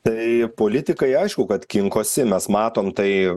tai politikai aišku kad kinkosi mes matom tai